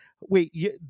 Wait